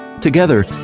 together